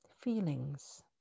feelings